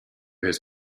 his